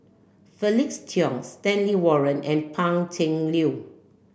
Felix Cheong Stanley Warren and Pan Cheng Lui